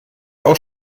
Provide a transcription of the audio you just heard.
auch